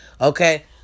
okay